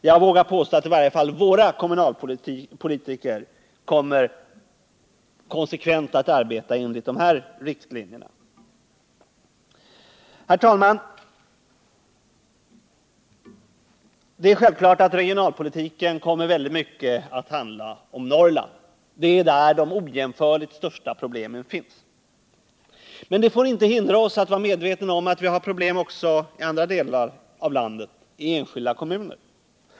Jag vågar påstå att i varje fall våra kommunalpolitiker konsekvent kommer att arbeta enligt dessa riktlinjer. Herr talman! Det är naturligt att regionalpolitiken mycket kommer att handla om Norrland — det är där de ojämförligt största problemen finns. Men det får inte hindra oss att vara medvetna om att det finns problem också i andra delar av landet och i enskilda kommuner.